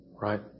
Right